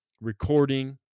recording